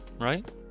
right